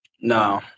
No